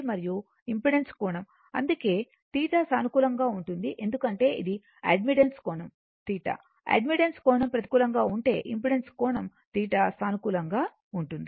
మరియు ఇంపెడెన్స్ కోణం అంటే θ సానుకూలంగా ఉంటుంది ఎందుకంటే ఇది అడ్మిటెన్స్ కోణం θY అడ్మిటెన్స్ కోణం ప్రతికూలంగా ఉంటే ఇంపెడెన్స్ కోణం θ సానుకూలంగా ఉంటుంది